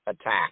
attack